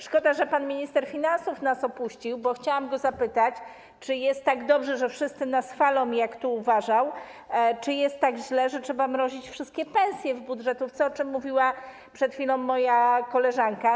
Szkoda, że pan minister finansów nas opuścił, bo chciałam go zapytać, czy jest tak dobrze, że wszyscy nas chwalą, jak uważa i tu stwierdzał, czy jest tak źle, że trzeba mrozić wszystkie pensje w budżetówce, o czym mówiła przed chwilą moja koleżanka.